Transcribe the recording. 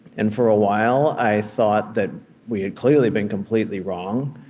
and for a while, i thought that we had clearly been completely wrong,